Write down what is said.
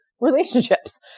relationships